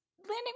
landing